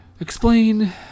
explain